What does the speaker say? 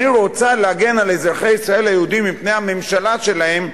אני רוצה להגן על אזרחי ישראל היהודים מפני הממשלה שלהם,